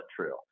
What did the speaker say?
trail